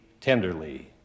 tenderly